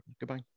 Goodbye